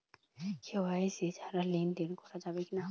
KYC ছাড়া লেনদেন করা যাবে কিনা?